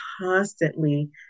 constantly